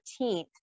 14th